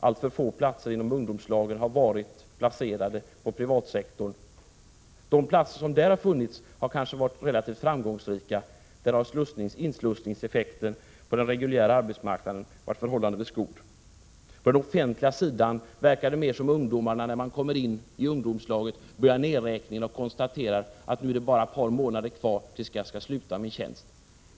Alltför få platser inom ungdomslagen har funnits i den privata sektorn. De platser som där har funnits har kanske varit relativt framgångsrika. Där har inslussningseffekterna på den reguljära arbetsmarknaden varit förhållandevis goda. På den offentliga sidan verkar det mer som om ungdomarna när de kommer in i ungdomslagen börjar nedräkningen och konstaterar att det bara är ett par månader kvar tills de skall sluta sina tjänster.